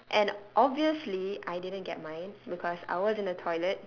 and obviously I didn't get mine because I was in the toilet